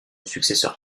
successeur